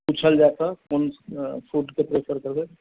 पूछल जाय तऽ कोन फूडके प्रेफर करबै